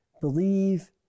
believe